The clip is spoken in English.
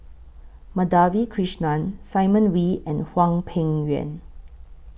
Madhavi Krishnan Simon Wee and Hwang Peng Yuan